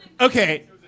Okay